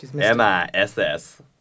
M-I-S-S